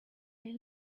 you